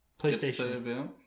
PlayStation